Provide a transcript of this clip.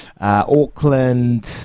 Auckland